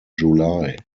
july